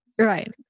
Right